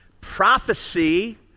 prophecy